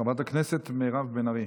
חברת הכנסת מירב בן ארי.